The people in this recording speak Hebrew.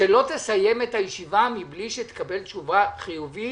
שלא תסיים את הישיבה מבלי שתקבל חיובית,